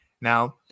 Now